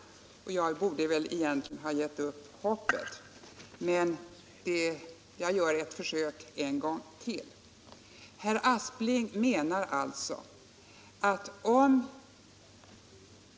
Jag borde kanske egentligen ha gett upp hoppet om att övertyga honom, men jag gör ytterligare ett försök.